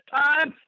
time